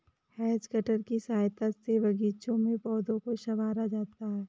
has cutter की सहायता से बागीचों में पौधों को सँवारा जाता है